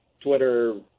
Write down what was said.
Twitter